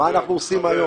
מה אנחנו עושים היום?